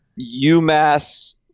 UMass